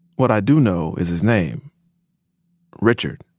what i do know is his name richard.